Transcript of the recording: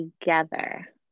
together